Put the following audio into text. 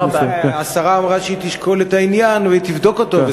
השרה אמרה שהיא תשקול את העניין והיא תבדוק אותו,